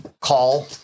call